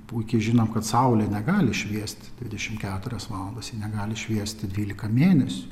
puikiai žinome kad saulė negali šviesti dvidešim keturias valandas negali šviesti dvylika mėnesių